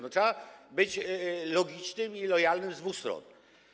No trzeba być logicznym i lojalnym z dwóch stron.